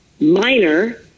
minor